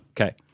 Okay